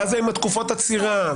ואז הם בתקופות עצירה,